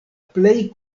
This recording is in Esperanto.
plej